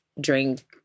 drink